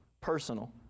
personal